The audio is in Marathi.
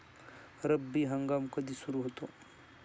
रब्बी हंगाम कधी सुरू होतो?